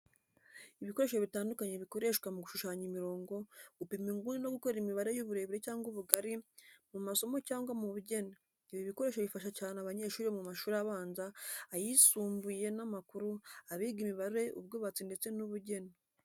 Ibikoresho bitandukanye bikoreshwa mu gushushanya imirongo, gupima inguni no gukora imibare y’uburebure cyangwa ubugari mu masomo cyangwa mu bugeni. Ibi bikoresho bifasha cyane abanyeshuri bo mu mashuri abanza, ayisumbuye n'amakuru, abiga imibare, ubwubatsi ndetse n’ubugeni.